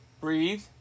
Breathe